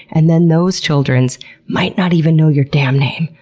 and then those children might not even know your damn name.